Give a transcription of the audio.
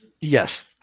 yes